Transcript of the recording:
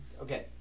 Okay